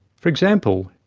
for example,